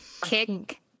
Kick